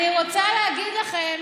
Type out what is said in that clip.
אני רוצה להגיד לכם